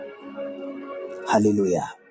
Hallelujah